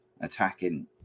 attacking